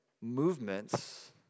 movements